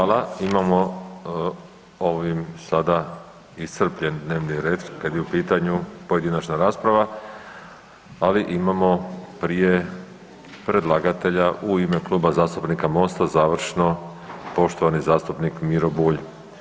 Hvala imamo ovim sada iscrpljen dnevni red kad je u pitanju pojedinačna rasprava, ali imamo prije predlagatelja u ime Kluba zastupnika MOST-a završno poštovani zastupnik Miro Bulj.